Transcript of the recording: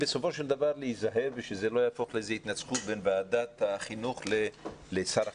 צריכים להיזהר שזה לא יהפוך להתנצחות בין ועדת החינוך לשר החינוך.